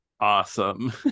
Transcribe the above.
awesome